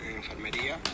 enfermería